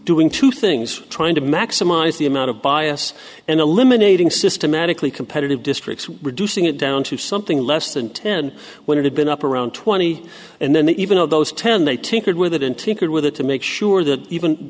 doing two things trying to maximize the amount of bias and eliminating systematically competitive districts reducing it down to something less than ten when it had been up around twenty and then the even of those ten they tinkered with it in ticker with it to make sure that even